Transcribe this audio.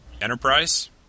Enterprise